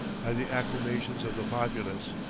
by the acclamations of the populace.